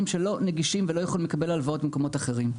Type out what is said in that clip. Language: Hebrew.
שלא נגישים ולא יכולים לקבל הלוואות ממקומות אחרים.